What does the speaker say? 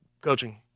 coaching